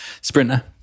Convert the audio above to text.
sprinter